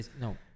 No